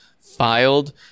filed